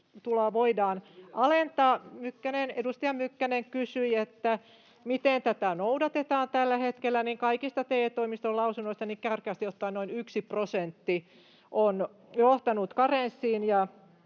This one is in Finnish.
Kun edustaja Mykkänen kysyi, että miten tätä noudatetaan tällä hetkellä, niin kaikista TE-toimiston lausunnosta karkeasti ottaen noin 1 prosentti on johtanut karenssiin,